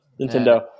Nintendo